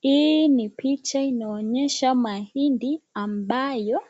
Hii ni picha inaonyesha mahindi ambayo